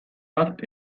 bat